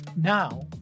Now